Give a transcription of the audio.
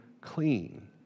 clean